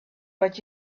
what